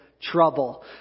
trouble